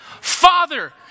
Father